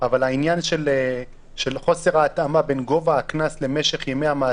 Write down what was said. אבל העניין של חוסר ההתאמה בין גובה הקנס למשך ימי המאסר.